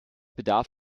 bedarf